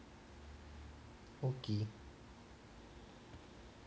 okay